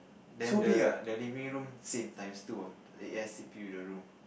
then the the living room same times two of A_S_C_P the room